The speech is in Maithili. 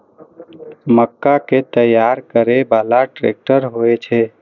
मक्का कै तैयार करै बाला ट्रेक्टर होय छै?